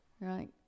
right